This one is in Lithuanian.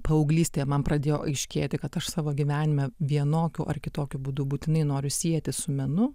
paauglystė man pradėjo aiškėti kad aš savo gyvenime vienokiu ar kitokiu būdu būtinai noriu sieti su menu